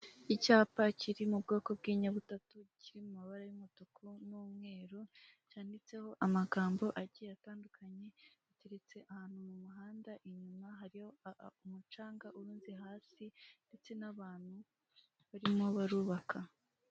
Icyapa kiri mu bwoko bw'inyabutatu kiri mu mabara y'umutuku n'umweru cyanditseho amagambo agiye atandukanye, giteretse ahantu mu muhanda inyuma hariyo umucanga urunze hasi ndetse n'abantu barimo barubaka.